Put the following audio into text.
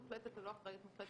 אחריות מוחלטת או לא אחריות מוחלטת